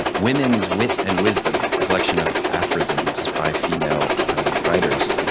women's wit and wisdom. it's collection of aphorisms by female writers.